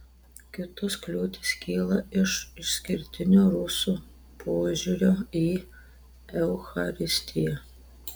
kitos kliūtis kyla iš išskirtinio rusų požiūrio į eucharistiją